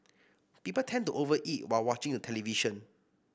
people tend to over eat while watching the television